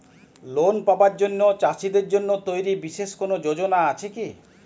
Loan পাবার জন্য চাষীদের জন্য তৈরি বিশেষ কোনো যোজনা আছে কি?